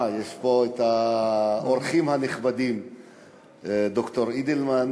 יש פה האורחים הנכבדים ד"ר אידלמן,